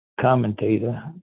commentator